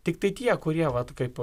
tiktai tie kurie vat kaip